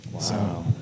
Wow